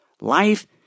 Life